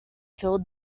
feel